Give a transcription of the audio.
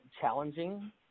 Challenging